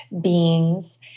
beings